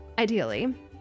Ideally